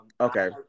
Okay